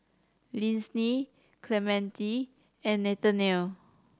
Lyndsey Clemente and Nathaniel